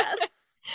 yes